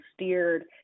steered